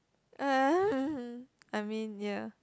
I mean ya